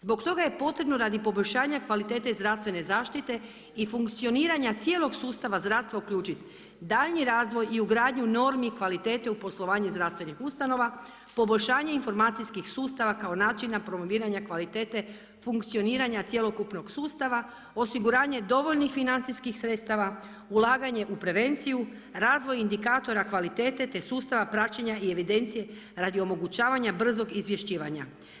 Zbog toga je potrebno radi poboljšanja kvalitete zdravstvene zaštite i funkcioniranja cijelog sustava zdravstva uključiti daljnji razvoj i ugradnju normi i kvalitete u poslovanje zdravstvenih ustanova, poboljšanje informacijskih sustava kao načina promoviranja kvalitete, funkcioniranja cjelokupnog sustava, osiguravanje dovoljnih financijskih sredstava, ulaganje u prevenciju, razvoj indikatora kvalitete te sustava praćenja evidencije radi omogućavanja brzog izvješćivanja.